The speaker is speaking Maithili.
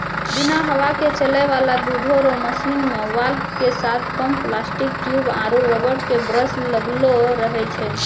बिना हवा के चलै वाला दुधो रो मशीन मे वाल्व के साथ पम्प प्लास्टिक ट्यूब आरु रबर के ब्रस लगलो रहै छै